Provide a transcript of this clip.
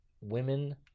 women